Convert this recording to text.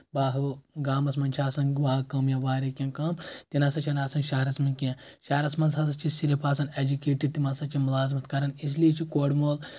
با گامَس منٛز چھِ آسان باغہٕ کٲم یا واریاہ کینٛہہ کٲم تہِ نہ ہسا چھےٚ نہٕ آسان شہرس منٛز کینٛہہ شہرس منٛز ہسا چھِ صرف آسان ایٚجُوکیٹِڈ تِم ہسا چھِ مُلازمتھ کران اس لیے چھِ کورِ مول